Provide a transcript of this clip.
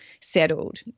settled